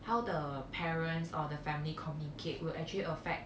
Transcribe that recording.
how the parents or the family communicate will actually affect